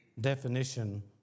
definition